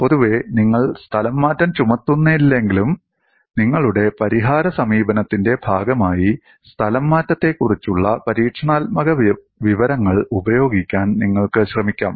പൊതുവേ നിങ്ങൾ സ്ഥലംമാറ്റം ചുമത്തുന്നില്ലെങ്കിലും നിങ്ങളുടെ പരിഹാര സമീപനത്തിന്റെ ഭാഗമായി സ്ഥലംമാറ്റത്തെക്കുറിച്ചുള്ള പരീക്ഷണാത്മക വിവരങ്ങൾ ഉപയോഗിക്കാൻ നിങ്ങൾക്ക് ശ്രമിക്കാം